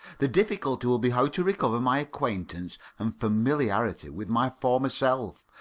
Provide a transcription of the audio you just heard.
the difficulty will be how to recover my acquaintance and familiarity with my former self,